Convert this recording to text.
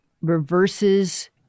reverses